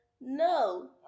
no